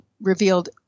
revealed